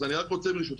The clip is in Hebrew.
אז אני רק רוצה ברשותכם,